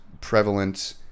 prevalent